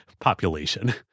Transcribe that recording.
population